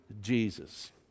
Jesus